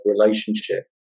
relationship